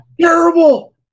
Terrible